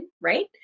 right